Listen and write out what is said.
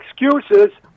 excuses